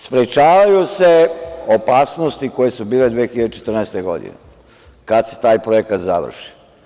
Sprečavaju se opasnosti koje su bile 2014. godine, kada se taj projekat završi.